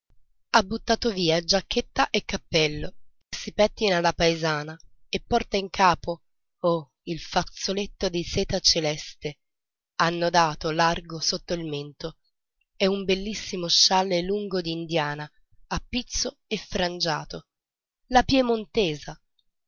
ha buttato via giacchetta e cappello si pettina alla paesana e porta in capo oh il fazzoletto di seta celeste annodato largo sotto il mento e un bellissimo scialle lungo d'indiana a pizzo e frangiato la piemontesa